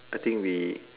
I think we